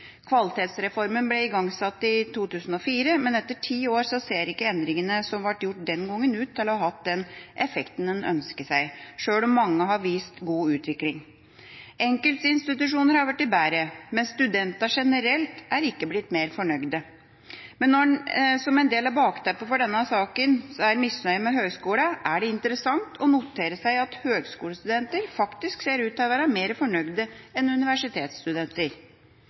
Kvalitetsreformen ble igangsatt i 2004, men etter ti år ser ikke endringene som ble gjort den gangen, ut til å ha hatt den effekten man ønsket seg, sjøl om mange har vist god utvikling. Enkeltinstitusjoner har blitt bedre, men studentene generelt er ikke blitt mer fornøyde. Men når en del av bakteppet for denne saken er misnøye med høgskolene, er det interessant å notere seg at høgskolestudenter faktisk ser ut til å være mer fornøyde enn universitetsstudenter. I